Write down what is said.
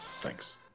Thanks